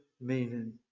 meaning